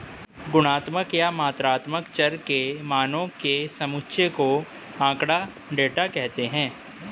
गुणात्मक या मात्रात्मक चर के मानों के समुच्चय को आँकड़ा, डेटा कहते हैं